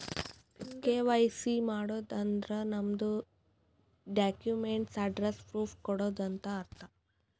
KYC ಮಾಡದ್ ಅಂದುರ್ ನಮ್ದು ಡಾಕ್ಯುಮೆಂಟ್ಸ್ ಅಡ್ರೆಸ್ಸ್ ಪ್ರೂಫ್ ಕೊಡದು ಅಂತ್ ಅರ್ಥ